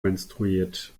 menstruiert